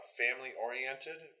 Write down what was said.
family-oriented